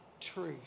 truth